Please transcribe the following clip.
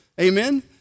Amen